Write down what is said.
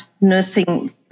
nursing